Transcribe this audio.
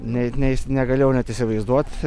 net neis negalėjau net įsivaizduot